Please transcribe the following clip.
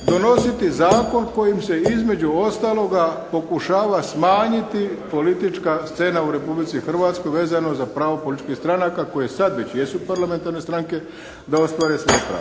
donositi zakon kojim se između ostaloga pokušava smanjiti politička scena u Republici Hrvatskoj vezano za pravo političkih stranaka koje sad već jesu parlamentarne stranke da ostvare svoje pravo.